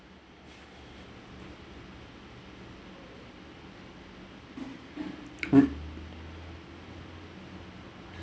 mm